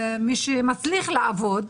מי שמצליח לעבוד,